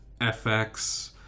FX